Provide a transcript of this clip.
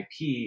IP